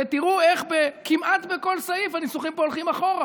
ותראו איך כמעט בכל סעיף הניסוחים פה הולכים אחורה